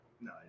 No